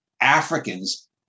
africans